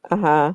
(uh huh)